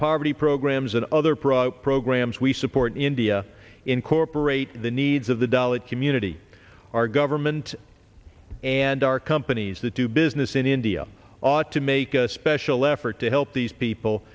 poverty programs and other pro programs we support india incorporate the needs of the dollar community our government and our companies that do business in india ought to make a special effort to help these people